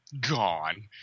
gone